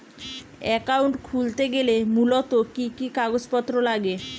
Account খুলতে গেলে মূলত কি কি কাগজপত্র লাগে?